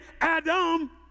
Adam